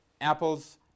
apples